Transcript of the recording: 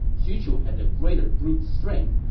xu chu had the greater brute strength,